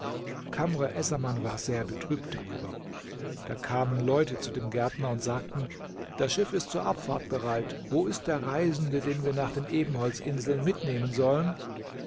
essaman war sehr betrübt darüber da kamen leute zu dem gärtner und sagten das schiff ist zur abfahrt bereit wo ist der reisende den wir nach den ebenholzinseln mitnehmen sollen